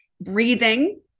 breathing